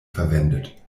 verwendet